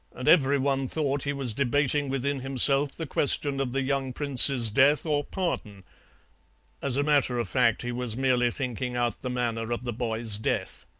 and every one thought he was debating within himself the question of the young prince's death or pardon as a matter of fact he was merely thinking out the manner of the boy's death.